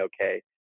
okay